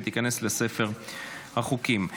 ותיכנס לספר החוקים.